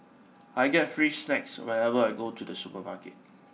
I get free snacks whenever I go to the supermarket